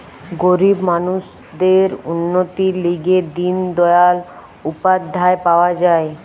গরিব মানুষদের উন্নতির লিগে দিন দয়াল উপাধ্যায় পাওয়া যায়